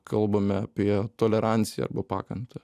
kalbame apie toleranciją arba pakantą